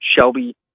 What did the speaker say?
Shelby